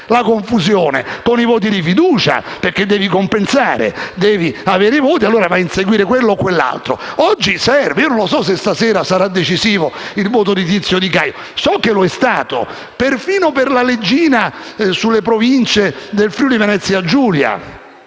la confusione perché devi compensare, devi avere i voti e allora vai a inseguire l'uno o l'altro. Oggi serve. Non so se stasera sarà decisivo il voto di Tizio o di Caio. So che lo è stato, perfino per la leggina sulle Province del Friuli-Venezia Giulia.